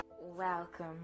Welcome